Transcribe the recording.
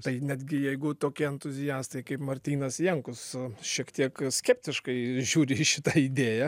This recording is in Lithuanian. tai netgi jeigu tokie entuziastai kaip martynas jankus šiek tiek skeptiškai žiūri į šitą idėją